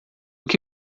que